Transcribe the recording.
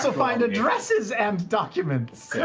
so find addresses and documents!